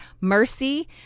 mercy